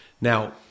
Now